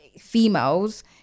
females